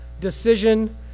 decision